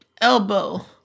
elbow